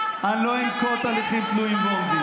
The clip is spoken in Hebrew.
אני לא אנקוט לגבי הליכים תלויים ועומדים.